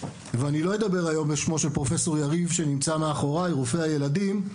ואני לא אדבר היום בשמו של פרופ' יריב רופא הילדים שנמצא מאחוריי,